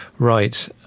Right